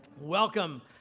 Welcome